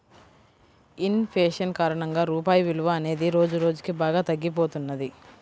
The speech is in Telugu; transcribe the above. ఇన్ ఫేషన్ కారణంగా రూపాయి విలువ అనేది రోజురోజుకీ బాగా తగ్గిపోతున్నది